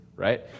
Right